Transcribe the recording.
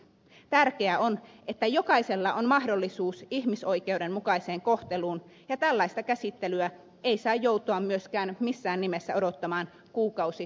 tärkeää on että jokaisella on mahdollisuus ihmisoikeuksien mukaiseen kohteluun ja tällaista käsittelyä ei saa joutua myöskään missään nimessä odottamaan kuukausi tai vuositolkulla